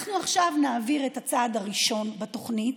אנחנו עכשיו נעביר את הצעד הראשון בתוכנית,